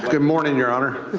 good morning, your honor.